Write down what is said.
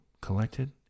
collected